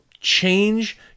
change